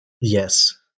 Yes